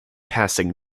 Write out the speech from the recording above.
passing